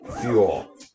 fuel